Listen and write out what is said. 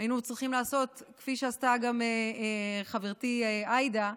היינו צריכים לעשות, כפי שעשתה גם חברתי עאידה,